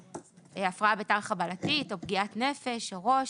הפרעה בתר-חבלתית או פגיעת נפש או ראש